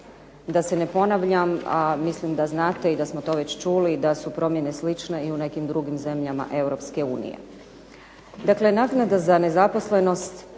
Da se ne ponavljam, a mislim da znate i da smo to već čuli da su promjene slične i u nekim drugim zemljama EU. Dakle, naknada za nezaposlenost